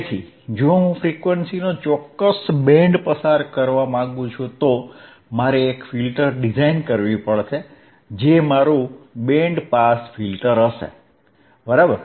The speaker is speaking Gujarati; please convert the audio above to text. તેથી જો હું ફ્રીક્વન્સીનો ચોક્કસ બેન્ડ પસાર કરવા માંગુ છું તો મારે એક ફિલ્ટર ડિઝાઇન કરવી પડશે જે મારું બેન્ડ પાસ ફિલ્ટર હશે બરાબર